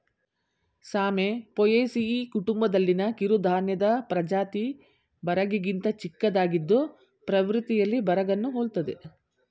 ಸಾಮೆ ಪೋಯೇಸಿಯಿ ಕುಟುಂಬದಲ್ಲಿನ ಕಿರುಧಾನ್ಯದ ಪ್ರಜಾತಿ ಬರಗಿಗಿಂತ ಚಿಕ್ಕದಾಗಿದ್ದು ಪ್ರವೃತ್ತಿಯಲ್ಲಿ ಬರಗನ್ನು ಹೋಲ್ತದೆ